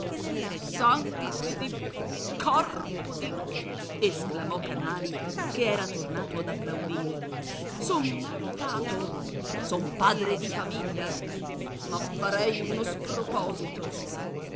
sangue di corpo di esclamò canali che era tornato ad applaudire son maritato son padre di famiglia ma farei uno sproposito